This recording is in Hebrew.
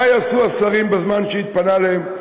מה יעשו השרים בזמן שהתפנה להם,